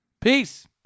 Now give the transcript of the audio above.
Peace